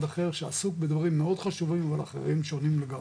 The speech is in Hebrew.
אחר שעסוק בדברים מאוד חשובים ועל אחרים שונים לגמרי,